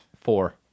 four